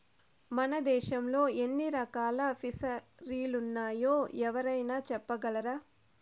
మన దేశంలో ఎన్ని రకాల ఫిసరీలున్నాయో ఎవరైనా చెప్పగలరా